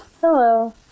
Hello